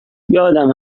یادم